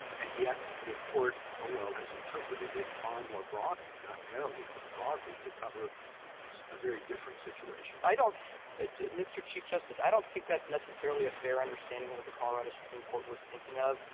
and yet the court below has interpreted it far more broadly, not narrowly but broadly, to cover a a very different situation. yarger i don't mr. chief justice, i don't think that's necessarily a fair understanding of what the colorado supreme court was thinking of.